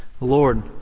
Lord